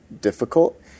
difficult